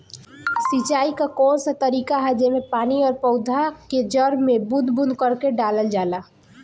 सिंचाई क कउन सा तरीका ह जेम्मे पानी और पौधा क जड़ में बूंद बूंद करके डालल जाला?